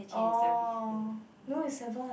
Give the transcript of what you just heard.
oh no is seven